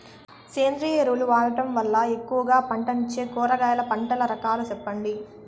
సేంద్రియ ఎరువులు వాడడం వల్ల ఎక్కువగా పంటనిచ్చే కూరగాయల పంటల రకాలు సెప్పండి?